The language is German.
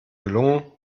gelungen